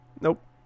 nope